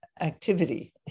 activity